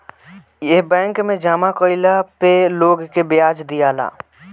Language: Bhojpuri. ए बैंक मे जामा कइला पे लोग के ब्याज दियाला